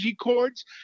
cords